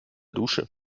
dusche